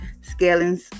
Scaling